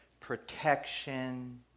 protection